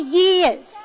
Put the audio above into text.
years